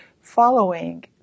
following